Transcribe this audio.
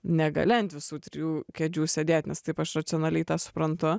negali ant visų trijų kėdžių sėdėt nes taip aš racionaliai tą suprantu